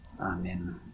Amen